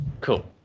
Cool